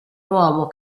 uomo